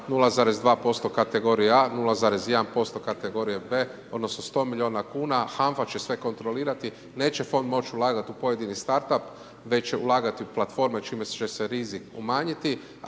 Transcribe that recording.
0,2% kategorije a, 0,1% kategorije b, odnosno 100 milijuna kuna a HANFA će sve kontrolirati, neće fond moći ulagati u pojedini start up, već će ulagati u platforme čime će se rizik umanjiti